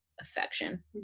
affection